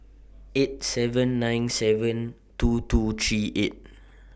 eight seven nine seven two two three eight